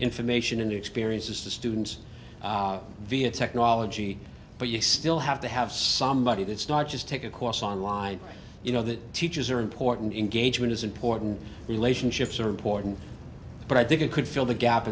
information to new experiences to students via technology but you still have to have somebody that's not just take a course online you know that teachers are important engagement is important relationships are important but i think it could fill the gap